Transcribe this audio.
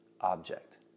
object